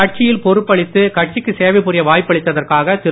கட்சியில் பொறுப்பளித்து கட்சிக்கு சேவை புரிய வாய்ப்பளித்தற்காக திரு